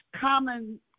common